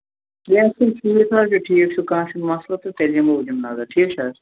کیٚنٛہہ چھُنہٕ ٹھیٖک حظ چھُ ٹھیٖک چھُ کانٛہہ چھُنہٕ مسلہٕ تیٚلہِ یِمو بہٕ دِمہٕ نظر ٹھیٖک چھا حظ